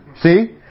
see